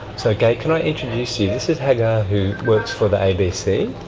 so gaye, can i introduce you? this is hagar who works for the abc,